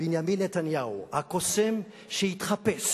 בנימין נתניהו, הקוסם שהתחפש